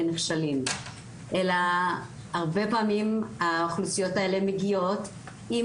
נכשלים אלא הרבה פעמים האוכלוסיות האלה מגיעות עם